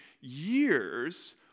years